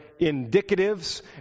indicatives